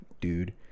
dude